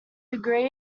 degree